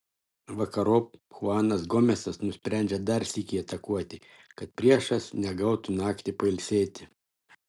vakarop chuanas gomesas nusprendžia dar sykį atakuoti kad priešas negautų naktį pailsėti